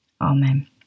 Amen